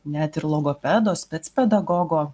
net ir logopedo specpedagogo